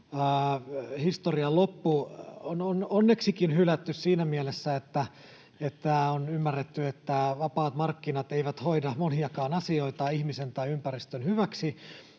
historian loppu on onneksikin hylätty siinä mielessä, että on ymmärretty, että vapaat markkinat eivät hoida moniakaan asioita ihmisen tai ympäristön hyväksi,